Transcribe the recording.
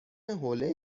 حوله